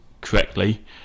correctly